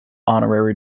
honorary